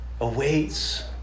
awaits